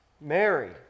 Mary